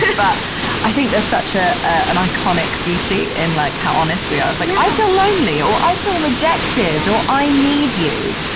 but i think there's such a an iconic beauty in like how honest we are. like, i feel lonely or i feel rejected or i need you.